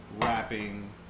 rapping